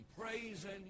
praising